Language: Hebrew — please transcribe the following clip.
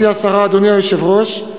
גברתי השרה, אדוני היושב-ראש,